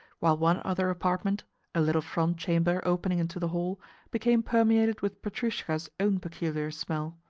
while one other apartment a little front chamber opening into the hall became permeated with petrushka's own peculiar smell.